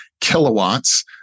kilowatts